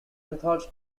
methods